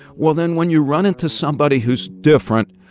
well, then when you run into somebody who's different,